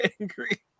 angry